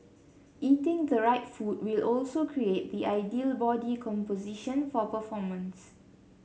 eating the right food will also create the ideal body composition for performance